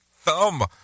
thumb